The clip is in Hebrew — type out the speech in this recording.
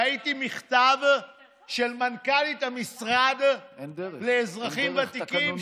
ראיתי מכתב של מנכ"לית המשרד לאזרחים ותיקים,